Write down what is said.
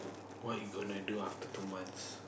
what you gonna do after two months